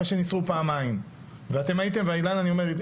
אחרי שניסרו פעמיים ואתם הייתם ואילנה אני אומר,